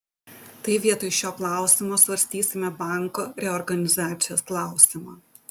tai vietoj šio klausimo svarstysime banko reorganizacijos klausimą